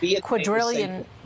quadrillion